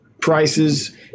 prices